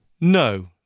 No